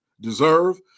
deserve